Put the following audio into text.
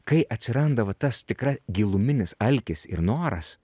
kai atsiranda va tas tikra giluminis alkis ir noras